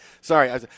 Sorry